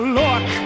look